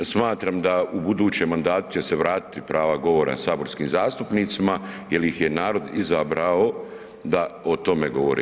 Smatram da u budućem mandatu će se vratiti prava govora saborskim zastupnicima jer ih je narod izabrao da o tome govore.